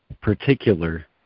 particular